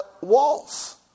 walls